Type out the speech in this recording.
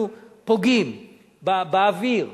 המציאות הזאת שאנחנו פוגעים באוויר,